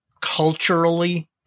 culturally